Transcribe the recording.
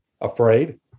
afraid